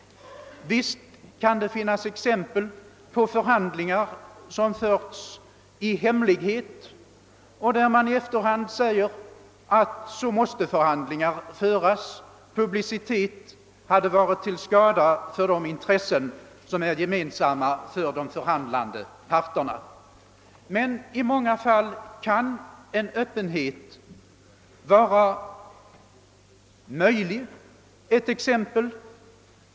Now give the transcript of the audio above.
Visst kan det finnas exempel på att förhandlingar förts i hemlighet och att man i efter :-hand sagt att så måste förhandlingar föras; publicitet hade varit till skada för de intressen som är gemensamma för de förhandlande parterna. Men i många fall kan en öppenhet vara möjlig.